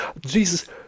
Jesus